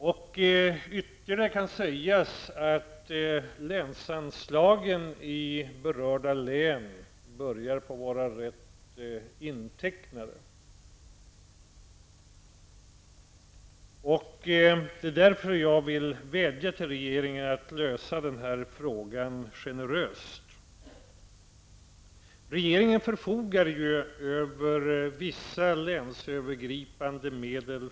Dessutom kan jag säga att länsanslagen till berörda län börjar vara rätt så intecknade. Därför vädjar jag till regeringen att denna ser till att det blir en generös lösning i den här frågan. Regeringen förfogar ju över vissa länsövergripande medel.